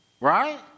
right